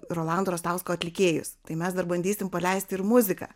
rolando rastausko atlikėjus tai mes dar bandysim paleisti ir muziką